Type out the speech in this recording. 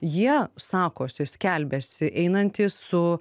jie sakosi skelbiasi einantys su